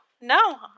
no